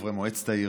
חברי מועצת העיר,